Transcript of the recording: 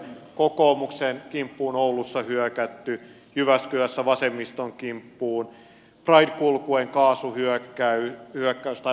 kokoomuksen kimppuun on oulussa hyökätty jyväskylässä vasemmiston kimppuun pride kulkueen kaasuhyökkäys tai vaikkapa porissa vapputilaisuuden häiriköinti